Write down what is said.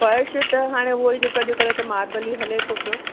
फर्श त हाणे उहो ई जेको अॼकल्ह त मार्बल ई हले थो पियो